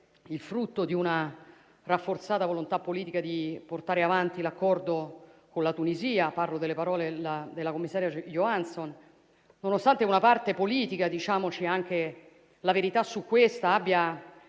il frutto di una rafforzata volontà politica di portare avanti l'accordo con la Tunisia - parlo delle parole della commissaria Johansson - nonostante una parte politica - diciamoci anche la verità su questo - abbia